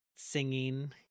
singing